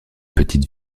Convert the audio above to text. petite